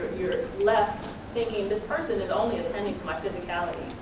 you're left thinking this person is only attending to my physicality,